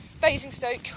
Basingstoke